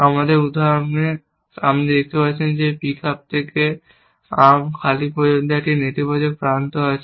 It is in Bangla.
আমাদের উদাহরণে আপনি দেখতে পারেন যে পিক আপ থেকে আর্ম খালি পর্যন্ত একটি নেতিবাচক প্রান্ত রয়েছে